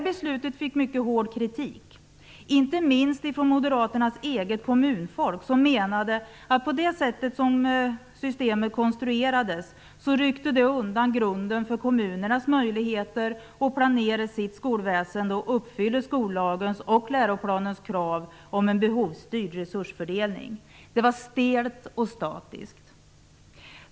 Beslutet fick mycket hård kritik, inte minst från moderaternas eget kommunfolk som menade att på det sättet som systemet konstruerades ryckte det undan grunden för kommunernas möjligheter att planera sitt skolväsende och uppfylla skollagens och läroplanens krav på en behovsstyrd resursfördelning. Det var stelt och statiskt.